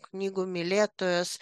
knygų mylėtojas